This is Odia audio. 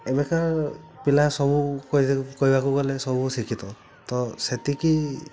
ଏବେକା ପିଲା ସବୁ କହିବାକୁ ଗଲେ ସବୁ ଶିକ୍ଷିତ ତ ସେତିକି